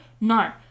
No